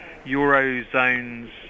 eurozone's